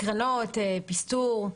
פסטור.